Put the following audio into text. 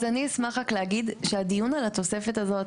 אז אני אשמח להגיד שהדיון על התוספת הזאת